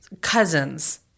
cousins